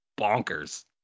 bonkers